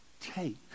Take